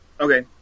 Okay